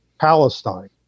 Palestine